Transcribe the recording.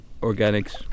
organics